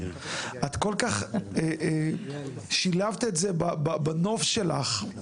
את כל כך שילבת את זה בנוף שלך,